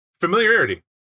familiarity